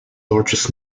largest